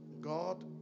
God